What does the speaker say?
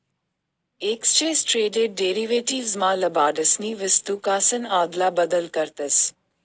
exchange traded derivatives मा लबाडसनी वस्तूकासन आदला बदल करतस